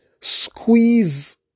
squeeze